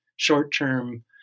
short-term